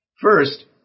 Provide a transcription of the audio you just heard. First